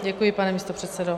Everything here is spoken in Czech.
Děkuji, pane místopředsedo.